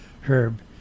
Herb